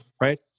right